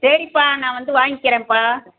சரிப்பா நான் வந்து வாங்கிக்கிறேம்ப்பா